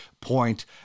point